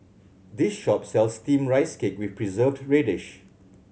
this shop sells Steamed Rice Cake with Preserved Radish